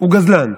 הוא גזלן.